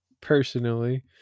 personally